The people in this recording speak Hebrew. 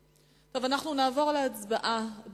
טוב, אנחנו נעבור להצבעה.